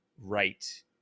right